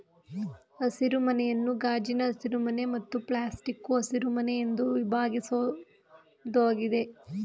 ಹಸಿರುಮನೆಯನ್ನು ಗಾಜಿನ ಹಸಿರುಮನೆ ಮತ್ತು ಪ್ಲಾಸ್ಟಿಕ್ಕು ಹಸಿರುಮನೆ ಎಂದು ವಿಭಾಗಿಸ್ಬೋದಾಗಿದೆ